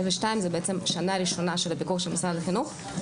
זה בעצם שנה ראשונה של הפיקוח של משרד החינוך.